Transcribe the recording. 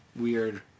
weird